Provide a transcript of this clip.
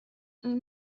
اون